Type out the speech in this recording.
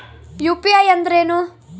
UPI ಅಂದ್ರೇನು?